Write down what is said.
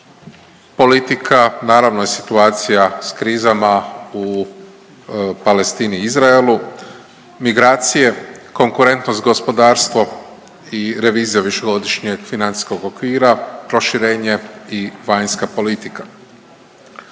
politika, naravno i situacija s krizama u Palestini i Izraelu, migracije, konkurentnost gospodarstvo i revizija višegodišnjeg financijskog okvira, proširenje i vanjska politika.